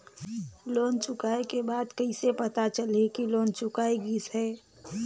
Loan चुकाय के बाद कइसे पता चलही कि लोन चुकाय गिस है?